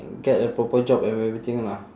get a proper job and everything lah